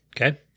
Okay